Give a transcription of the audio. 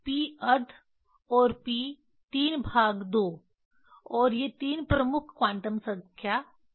p अर्ध और p 32 और ये तीन प्रमुख क्वांटम संख्या अन्य भी हैं